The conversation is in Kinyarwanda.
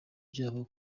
byabo